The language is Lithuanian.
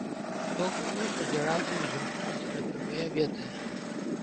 daugumai ožiaragių užimtumas yra pirmoje vietoje